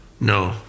No